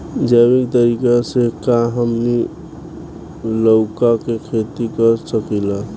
जैविक तरीका से का हमनी लउका के खेती कर सकीला?